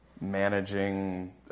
managing